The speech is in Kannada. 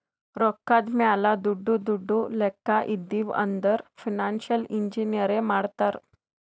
ರೊಕ್ಕಾದ್ ಮ್ಯಾಲ ದೊಡ್ಡು ದೊಡ್ಡು ಲೆಕ್ಕಾ ಇದ್ದಿವ್ ಅಂದುರ್ ಫೈನಾನ್ಸಿಯಲ್ ಇಂಜಿನಿಯರೇ ಮಾಡ್ತಾರ್